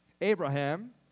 Abraham